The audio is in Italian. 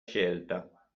scelta